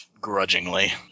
Grudgingly